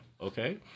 Okay